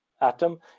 atom